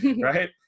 right